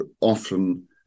often